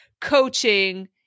coaching